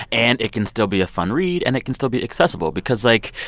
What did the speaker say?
and it can still be a fun read. and it can still be accessible because, like,